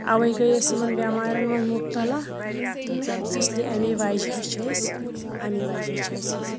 اَوے گٔے أسۍ یِمَن بیٚمارٮ۪ن مَنٛز مُبتَلا تہٕ اِسلیے امے وَجہ چھِ أسۍ امے وَجہ چھِ اَسہ یہِ سَپدان